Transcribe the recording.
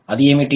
అది ఏమిటి